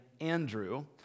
Andrew